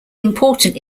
important